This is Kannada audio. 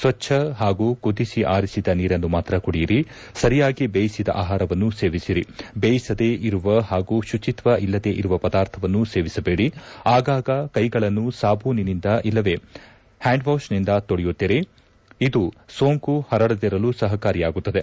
ಸ್ವಚ್ಛ ಹಾಗೂ ಕುದಿಸಿ ಆರಿಸಿದ ನೀರನ್ನು ಮಾತ್ರ ಕುಡಿಯಿರಿ ಸರಿಯಾಗಿ ಬೇಯಿಸಿದ ಆಹಾರವನ್ನು ಸೇವಿಸಿರಿ ಬೇಯಿಸದೇ ಇರುವ ಹಾಗೂ ಶುಚಿತ್ವ ಇಲ್ಲದೇ ಇರುವ ಪದಾರ್ಥವನ್ನು ಸೇವಿಸಬೇಡಿ ಆಗಾಗ ಕೈಗಳನ್ನು ಸಾಬೂನಿನಿಂದ ಇಲ್ಲವೇ ಹ್ಯಾಂಡ್ವಾಶ್ನಿಂದ ತೊಳೆಯುತ್ತಿರಿ ಇದು ಸೋಂಕು ಪರಡದಿರಲು ಸಹಕಾರಿಯಾಗುತ್ತದೆ